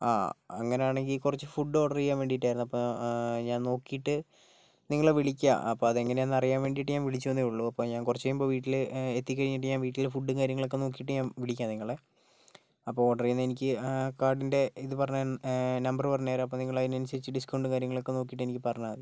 ആ അങ്ങനെയാണെങ്കിൽ കുറച്ച് ഫുഡ് ഓർഡർ ചെയ്യാൻ വേണ്ടിയിട്ടായിരുന്നു അപ്പോൾ ഞാൻ നോക്കിയിട്ട് നിങ്ങളെ വിളിക്കാം അപ്പം അതെങ്ങനാന്നറിയാൻ വേണ്ടിയിട്ട് ഞാൻ വിളിച്ചത് എന്നേയുള്ളൂ അപ്പോൾ ഞാൻ കുറച്ചു കഴിയുമ്പോൾ വീട്ടില് എത്തിക്കഴിഞ്ഞിട്ട് ഞാൻ വീട്ടിലെ ഫുഡ് കാര്യങ്ങളൊക്കെ നോക്കിയിട്ട് ഞാൻ വിളിക്കാം നിങ്ങളെ അപ്പോൾ ഓർഡർ ചെയ്യുന്ന എനിക്ക് കാർഡിൻ്റെ ഇത് പറഞ്ഞ് നമ്പറ് പറഞ്ഞു തരാം അപ്പോൾ നിങ്ങളതിനനുസരിച്ച് ഡിസ്കൗണ്ട് കാര്യങ്ങളൊക്കെ നോക്കിയിട്ട് എനിക്ക് പറഞ്ഞാൽ മതി